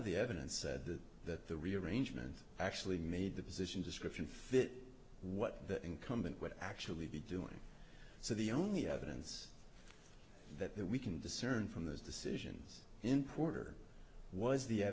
of the evidence that the rearrangement actually made the position description fit what that incumbent would actually be doing so the only evidence that we can discern from those decisions in porter was the